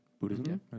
Buddhism